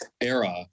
era